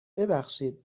ببخشید